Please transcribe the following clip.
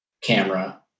camera